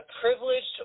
privileged